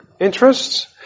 interests